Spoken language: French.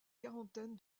quarantaine